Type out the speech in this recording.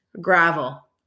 gravel